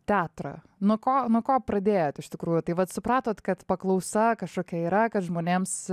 teatrą nuo ko nuo ko pradėjot iš tikrųjų tai vat supratot kad paklausa kažkokia yra kad žmonėms